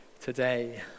today